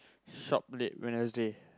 shop late Wednesday